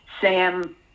Sam